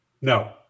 No